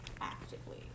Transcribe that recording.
actively